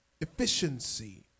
efficiency